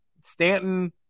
Stanton